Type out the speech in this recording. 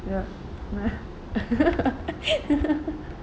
ya